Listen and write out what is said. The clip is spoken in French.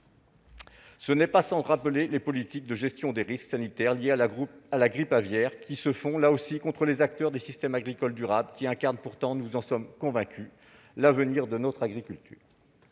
Cela n'est pas sans rappeler les politiques de gestion des risques sanitaires liés à la grippe aviaire qui se font, là aussi, contre les acteurs des systèmes agricoles durables, lesquels incarnent pourtant, nous en sommes convaincus, l'avenir de notre agriculture.